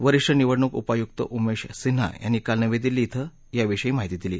वरीष्ठ निवडणूक उपायुक्त उमेश सिन्हा यांनी काल नवी दिल्ली िंग याविषयी माहिती दिली